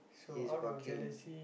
his barking